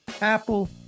Apple